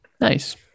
Nice